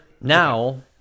now